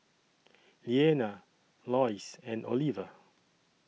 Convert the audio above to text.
Leana Loyce and Oliva